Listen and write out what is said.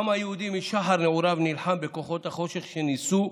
העם היהודי משחר נעוריו נלחם בכוחות החושך שניסו,